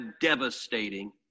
devastating